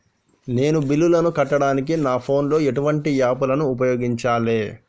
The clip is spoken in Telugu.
నేను బిల్లులను కట్టడానికి నా ఫోన్ లో ఎటువంటి యాప్ లను ఉపయోగించాలే?